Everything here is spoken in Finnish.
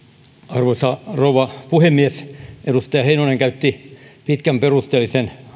arvoisa rouva puhemies edustaja heinonen käytti pitkän perusteellisen